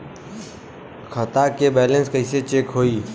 खता के बैलेंस कइसे चेक होई?